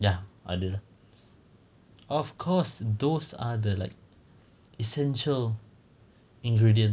ya ada lah of course those are like the essential ingredients